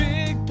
Big